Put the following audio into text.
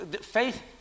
faith